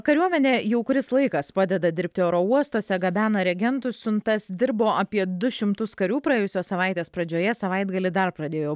kariuomenė jau kuris laikas padeda dirbti oro uostuose gabena reagentų siuntas dirbo apie du šimtus karių praėjusios savaitės pradžioje savaitgalį dar pradėjo